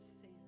sin